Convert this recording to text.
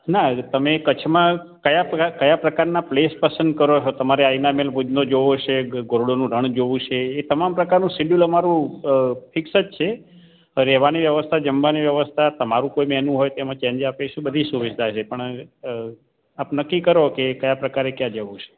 ના એ તમે કચ્છમાં કયા પ્રકારના પ્લેસ પસંદ કરો છો તમારે અહીંયા ગુજરાતનો જોવો છે ક રોડનું રન જોવું છે એ તમામ પ્રકારનું શિડ્યુલ તમારું ફિક્સ જ છે રેવાની વ્યવસ્થા જમવાની વ્યવસ્થા મારુ કોઈ મેનૂ હોય તેમાં ચેન્જ આપીશું બધા સુવિધા છે પણ આપ નક્કી કરો કે કયા પ્રાક્રએ ક્યાં જવું છે